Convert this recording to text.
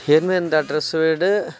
anyway இந்த address வீடு